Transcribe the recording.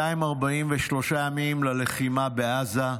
243 ימים ללחימה בעזה,